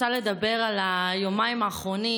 אני רוצה לדבר על היומיים האחרונים,